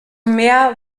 mehr